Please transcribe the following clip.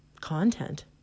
content